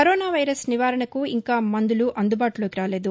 corona virus నివారణకు ఇంకా మందులు అందుబాటులోనికి రాలేదు